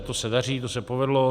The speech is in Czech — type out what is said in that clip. To se daří, to se povedlo.